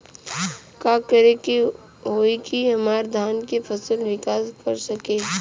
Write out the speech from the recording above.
का करे होई की हमार धान के फसल विकास कर सके?